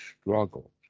struggles